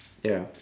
ya